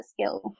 skill